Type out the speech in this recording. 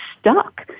stuck